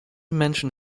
menschen